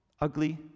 ugly